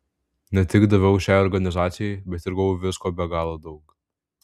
ne tik daviau šiai organizacijai bet ir gavau visko be galo daug